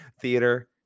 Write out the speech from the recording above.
theater